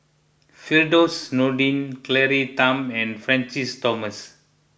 Firdaus Nordin Claire Tham and Francis Thomas